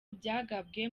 byagabwe